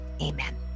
Amen